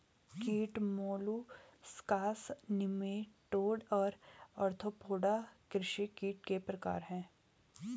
कीट molluscs nematode और arthropoda कृषि कीट के प्रकार हैं